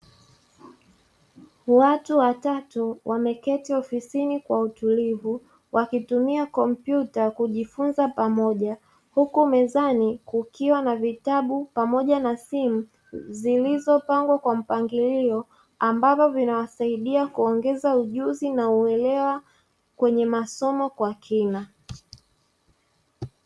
Watu watatu wameketi ofisini kwa utulivu wakitumia kompyuta kijifunza pamoja huku mezani kukiwa na vitabu pamoja na simu zilizopangwa kwa mpangilio, ambavyo vinawasaidi kuongeza ujuzi na uelewa kwenye masomo kwa kina.